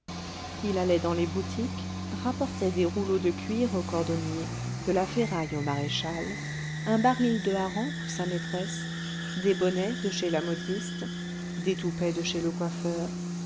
il allait dans les boutiques rapportait des rouleaux de cuir au cordonnier de la ferraille au maréchal un baril de harengs pour sa maîtresse des bonnets de chez la modiste des toupets de chez le coiffeur